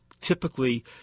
typically